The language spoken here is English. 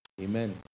Amen